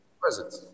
Present